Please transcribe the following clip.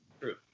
True